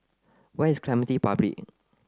where is Clementi Public